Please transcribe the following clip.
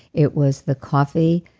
it was the coffee,